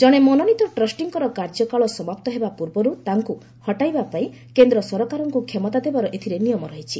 ଜଣେ ମନୋନୀତ ଟ୍ରଷ୍ଟିଙ୍କର କାର୍ଯ୍ୟକାଳ ସମାପ୍ତ ହେବା ପୂର୍ବରୁ ତାଙ୍କ ହଟାଇବାପାଇଁ କେନ୍ଦ୍ର ସରକାରଙ୍କୁ କ୍ଷମତା ଦେବାର ଏଥିରେ ନିୟମ ରହିଛି